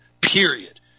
Period